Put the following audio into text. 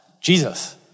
Jesus